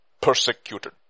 persecuted